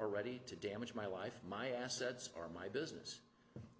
already to damage my life my assets are my business